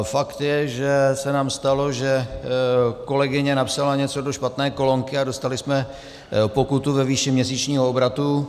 Fakt je, že se nám stalo, že kolegyně napsala něco do špatné kolonky a dostali jsme pokutu ve výši měsíčního obratu.